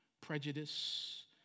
prejudice